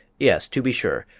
yes, to be sure.